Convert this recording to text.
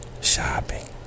Shopping